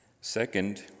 Second